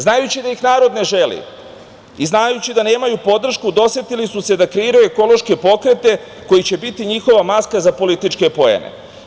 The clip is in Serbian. Znajući da ih narod ne želi, i znajući da nemaju podršku, dosetili su se da kreiraju ekološke pokrete koji će biti njihova maska za političke poene.